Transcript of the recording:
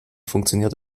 funktioniert